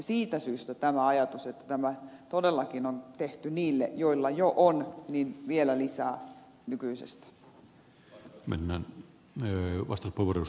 siitä syystä tämä ajatus että tämä todellakin on tehty niille joilla jo on vielä lisää nykyisestä